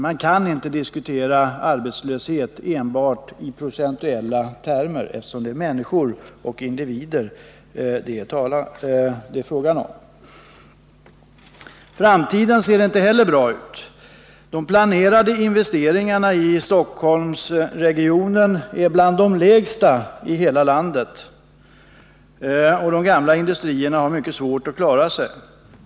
Man kan inte diskutera arbetslöshet enbart i procentuella termer, eftersom det är människor, individer, det är fråga om. : Framtiden ser inte heller bra ut. De planerade investeringarna i Stockholmsregionen är bland de lägsta i hela landet. De gamla industrierna har mycket svårt att klara sig.